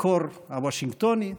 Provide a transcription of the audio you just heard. בקור הוושינגטוני.